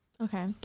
Okay